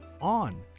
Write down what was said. on